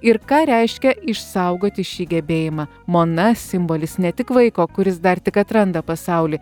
ir ką reiškia išsaugoti šį gebėjimą mona simbolis ne tik vaiko kuris dar tik atranda pasaulį